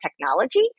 technology